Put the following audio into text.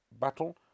battle